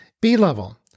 B-level